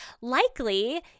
likely